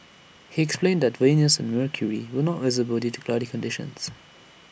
he explained that Venus and mercury were not visible due to cloudy conditions